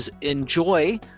enjoy